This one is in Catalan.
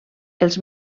els